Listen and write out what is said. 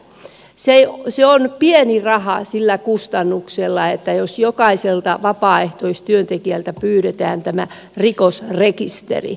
se on pieni raha sillä kustannuksella jos jokaiselta vapaaehtoistyöntekijältä pyydetään tämä rikosrekisteri